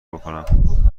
بکنم